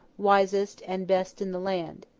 wisest, and best in the land.